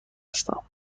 هستم